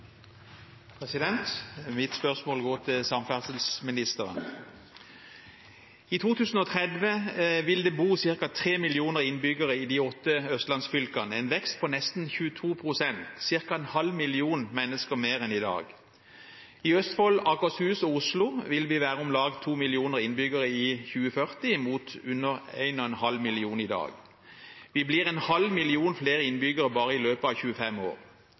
Mitt spørsmål går til samferdselsministeren. I 2030 vil det bo ca. tre millioner innbyggere i de åtte østlandsfylkene – en vekst på nesten 22 pst., ca. en halv million flere mennesker enn i dag. I Østfold, Akershus og Oslo vil det være om lag to millioner innbyggere i 2040, mot under halvannen million i dag. Vi blir en halv million flere innbyggere bare i løpet av 25 år.